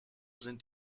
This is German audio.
sind